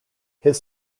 his